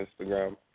Instagram